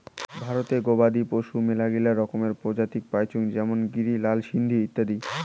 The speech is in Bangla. ভারতে গবাদি পশুদের মেলাগিলা রকমের প্রজাতি পাইচুঙ যেমন গিরি, লাল সিন্ধি ইত্যাদি